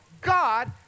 God